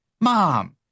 Mom